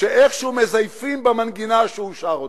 שאיכשהו מזייפים במנגינה שהוא שר אותה.